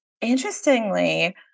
interestingly